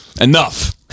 enough